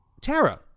Tara